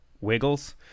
Wiggles